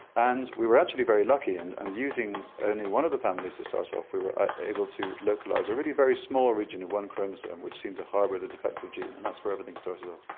and we were actually very lucky and and using only one of the families to start off with we were able to localise a really very small region of one chromosome which seemed to harbour the defective gene and that's where everything started off.